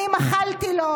אני מחלתי לו.